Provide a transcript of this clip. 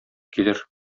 килер